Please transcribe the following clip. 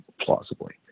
plausibly